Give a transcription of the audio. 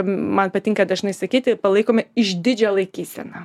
man patinka dažnai sakyti palaikome išdidžią laikyseną